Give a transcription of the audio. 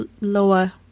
Lower